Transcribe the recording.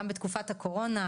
גם בתקופת הקורונה,